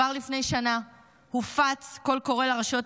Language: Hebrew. כבר לפני שנה הופץ קול קורא לרשויות